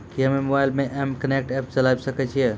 कि हम्मे मोबाइल मे एम कनेक्ट एप्प चलाबय सकै छियै?